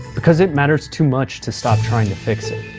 because it matters too much to stop trying to fix it.